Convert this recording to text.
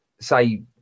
say